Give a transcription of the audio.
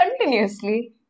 continuously